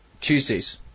Tuesdays